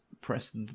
press